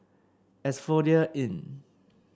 Asphodel Inn